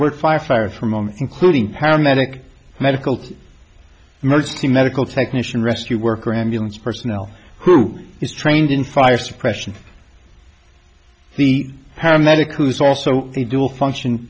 word fire fire from home including paramedic medical emergency medical technician rescue workers ambulance personnel who is trained in fire suppression the paramedic who is also a dual function